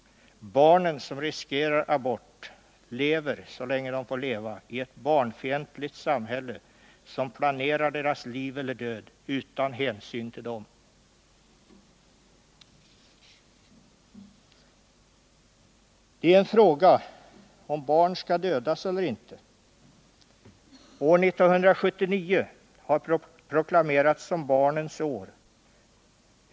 Barnen som riskerar abort lever, så länge de får leva, i ett barnfientligt samhälle som planerar deras liv eller död utan hänsyn till dem. Det är en fråga om barn skall dödas eller inte. År 1979 har proklamerats som barnens år.